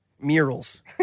Murals